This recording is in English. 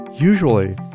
Usually